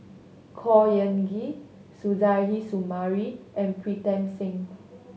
Khor Ean Ghee Suzairhe Sumari and Pritam Singh